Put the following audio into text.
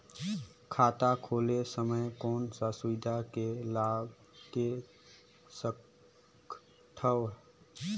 खाता खोले समय कौन का सुविधा के लाभ ले सकथव?